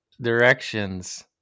directions